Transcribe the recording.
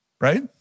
Right